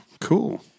Cool